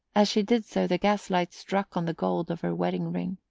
as she did so the gaslight struck on the gold of her wedding-ring.